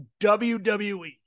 WWE